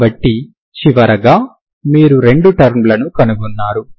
కాబట్టి చివరగా మీరు రెండు టర్మ్ లను కనుగొన్నారు